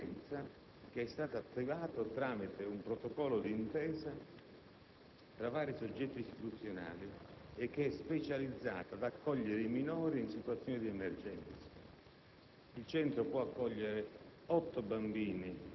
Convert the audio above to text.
Si tratta di un istituto di prima accoglienza attivato tramite un protocollo d'intesa tra vari soggetti istituzionali specializzato ad accogliere minori in situazioni di emergenza.